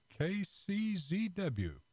KCZW